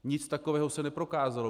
Nic takového se neprokázalo.